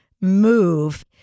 move